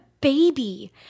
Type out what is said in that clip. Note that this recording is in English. Baby